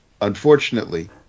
unfortunately